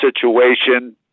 situation